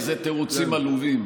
איזה תירוצים עלובים.